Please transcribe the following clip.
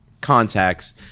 contacts